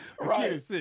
Right